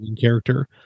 Character